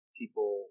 people